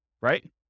right